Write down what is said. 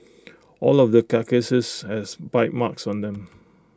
all of the carcasses have bite marks on them